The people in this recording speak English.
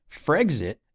Frexit